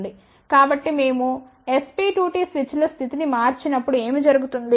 కాబట్టి మేము ఈ SP2T స్విచ్ల స్థితిని మార్చి నప్పుడు ఏమి జరుగుతుంది